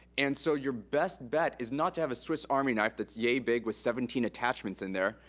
and so your best bet is not to have a swiss army knife that's yea big with seventeen attachments in there.